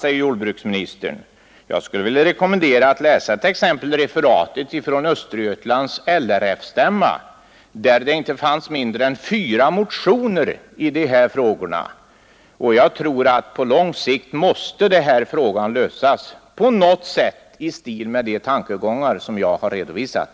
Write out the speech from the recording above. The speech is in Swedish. Då vill jag rekommendera honom att läsa referatet från Östergötlands LRF-stämma, där det förekom inte mindre än fyra motioner i dessa frågor. Jag tror att problemet på lång sikt måste lösas på något sätt och då lämpligen enligt de tankegångar som jag har redovisat.